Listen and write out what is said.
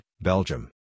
Belgium